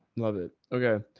love it. okay.